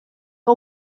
que